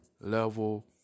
level